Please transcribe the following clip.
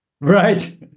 Right